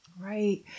Right